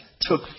took